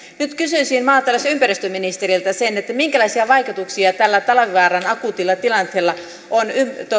nyt kysyisin maatalous ja ympäristöministeriltä minkälaisia vaikutuksia tällä talvivaaran akuutilla tilanteella on